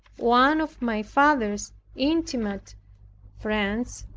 one of my father's intimate friends,